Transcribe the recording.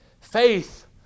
Faith